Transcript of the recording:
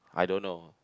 I don't know